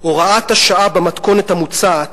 "הוראת השעה במתכונת המוצעת